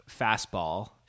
Fastball